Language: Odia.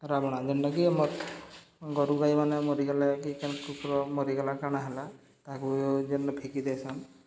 ରାବ୍ଣା ଯେନ୍ଟାକି ଆମର୍ ଗୋରୁ ଗାଈମାନେ ମରିଗଲେ କି କେନ୍ କୁକୁର୍ ମରିଗଲା କାଣା ହେଲା ତାହାକୁ ଯେନ୍ ଫିକି ଦେସନ୍